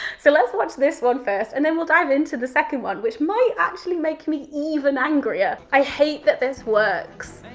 so let's watch this one first and then we'll dive into the second one which might actually make me even angrier. i hate that this works.